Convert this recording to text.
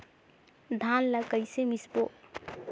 धान ला कइसे मिसबो?